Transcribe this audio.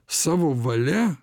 savo valia